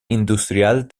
industrial